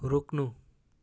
रोक्नु